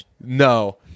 no